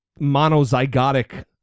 monozygotic